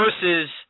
versus